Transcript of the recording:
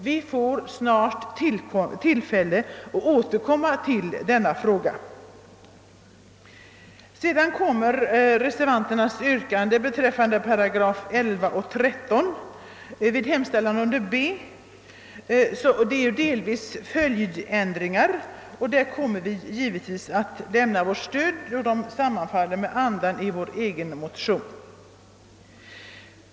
Det blir snart tillfälle att återkomma till frågan. Vad sedan gäller reservanternas yrkanden rörande §§ 11 och 13 vid utskottets hemställan under B får de delvis ses som följdändringar. Därför kommer vi givetvis att lämna dem vårt stöd, eftersom förslagen sammanfaller med innebörden i vår egen motion.